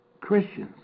Christians